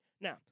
Now